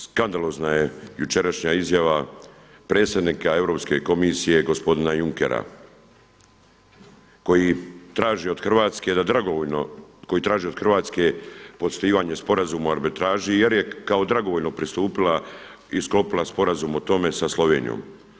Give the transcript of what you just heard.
Skandalozna je jučerašnja izjava predsjednika Europske komisije gospodine Junckera koji traži od Hrvatske da dragovoljno, koji traži od Hrvatske poštivanje Sporazuma o arbitraži jer je kao dragovoljno pristupila i sklopila sporazum o tome sa Slovenijom.